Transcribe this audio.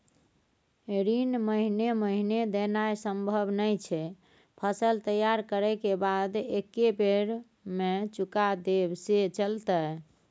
ऋण महीने महीने देनाय सम्भव नय छै, फसल तैयार करै के बाद एक्कै बेर में चुका देब से चलते?